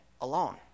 alone